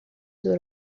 دور